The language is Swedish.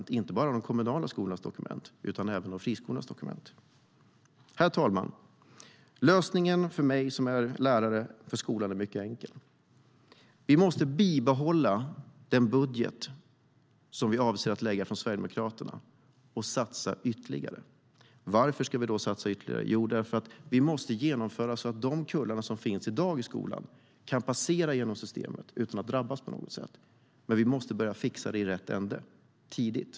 Det gäller inte bara de kommunala skolornas dokument utan även friskolornas dokument. Herr talman! Lösningen för skolan är för mig som lärare mycket enkel. Vi måste bibehålla den budget som vi avser att lägga fram från Sverigedemokraterna och satsa ytterligare. Varför ska vi satsa ytterligare? Vi måste göra så att de kullar som i dag finns i skolan kan passera genom systemet utan att drabbas på något sätt, men vi måste börja fixa det i rätt ände, tidigt.